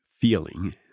feeling